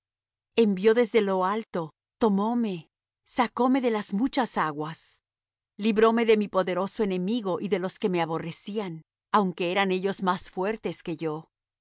envió desde lo alto tomóme sácome de las muchas aguas libróme de mi poderoso enemigo y de los que me aborrecían aunque eran ellos más fuertes que yo